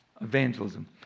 evangelism